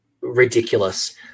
ridiculous